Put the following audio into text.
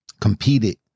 competed